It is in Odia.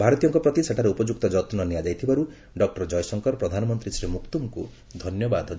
ଭାରତୀୟଙ୍କ ପ୍ରତି ସେଠାରେ ଉପଯୁକ୍ତ ଯତ୍ନ ନିଆଯାଇଥିବାରୁ ଡକ୍ଟର ଜୟଶଙ୍କର ପ୍ରଧାନମନ୍ତ୍ରୀ ଶ୍ରୀ ମକ୍ତୁମ୍ଙ୍କୁ ଧନ୍ୟବାଦ ଜଣାଇଛନ୍ତି